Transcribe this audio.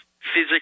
physically